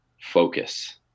focus